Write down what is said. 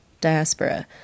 diaspora